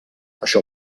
això